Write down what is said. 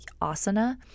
asana